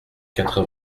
quatre